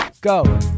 go